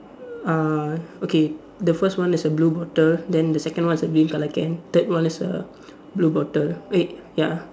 uh okay the first one is a blue bottle then the second one is a green colour can third one is a blue bottle wait ya